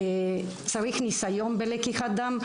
צריך ניסיון בלקיחת דם.